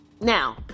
Now